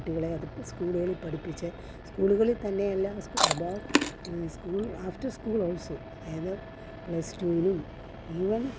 കുട്ടികളെ അത് സ്കൂളേൽ പഠിപ്പിച്ച് സ്കൂളുകളിൽ തന്നെ എല്ലാം above school after school also അയായത് പ്ലസ് ടൂനും ഈവൻ